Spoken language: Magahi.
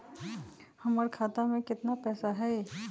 हमर खाता में केतना पैसा हई?